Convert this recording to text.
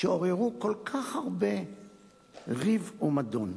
שעוררו כל כך הרבה ריב ומדון.